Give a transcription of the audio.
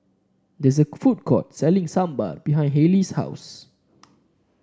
there is a food court selling Sambar behind Hallie's house